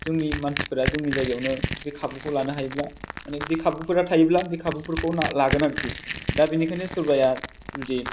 जोंनि मानसिफोरा जोंनि जायगायावनो बे खाबुखौ लानो हायोब्ला माने बे खाबुफोरा थायोब्ला बे खाबुफोरखौ लागोन आरोखि दा बेनिखायनो सोरबाया जुदि